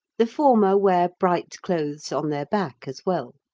the former wear bright clothes on their back as well.